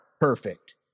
perfect